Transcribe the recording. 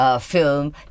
film